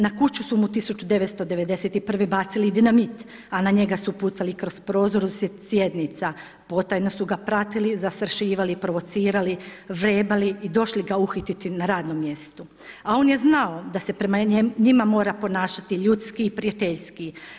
Na kuću su mu 1991. bacili dinamit, a na njega su pucali kroz prozor usred sjednica, potajno su ga pratili, zastrašivali, provocirali, vrebali i došli ga uhititi na radnom mjestu, a on je znao da se prema njima mora ponašati ljudski i prijateljski.